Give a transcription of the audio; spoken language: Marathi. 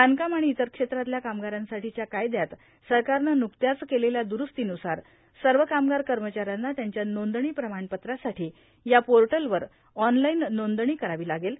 बांधकाम आणि इतर क्षेत्रातल्या कामगारांसाठीच्या कायद्यात सरकारनं बुकत्याच केलेल्या द्रुठस्तीन्रसार सर्व कामगार कर्मचाऱ्यांना त्यांच्या नोंदणी प्रमाणपत्रासाठी या पोर्टलवर ऑनलाईन नोंदणी करावी लागेल